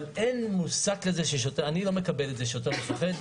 אני לא מקבל את זה ששוטר פוחד,